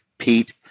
Pete